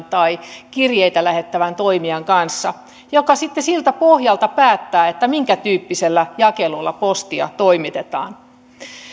tai kirjeitä lähettävän toimijan kanssa joka sitten siltä pohjalta päättää minkätyyppisellä jakelulla postia toimitetaan